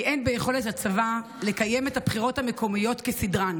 אין ביכולת הצבא לקיים את הבחירות המקומיות כסדרן.